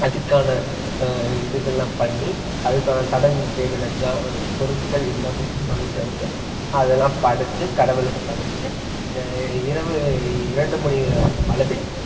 அதுக்கான இதுகள்லாம் பண்ணி அதுக்கான சடங்குக்குத் தேவையான ஜா பொருட்கள் எல்லாமே வாங்கிட்டு வந்து அதெல்லாம் படைச்சு கடவுளுக்கு படைச்சு நே இரவு இரண்டு மணி அளவில்